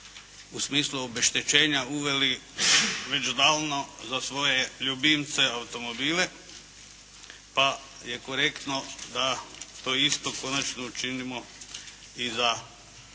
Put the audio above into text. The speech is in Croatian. u smislu obeštećenja uveli već davno za svoje ljubimce automobile, pa je korektno da to isto konačno učinimo i za ljude,